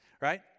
Right